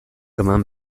eman